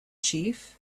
chief